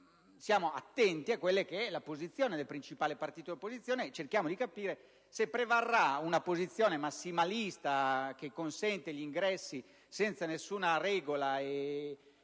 siamo attenti alla posizione del principale partito di opposizione e cerchiamo di capire se prevarrà una posizione massimalista, che consente gli ingressi senza nessuna regola e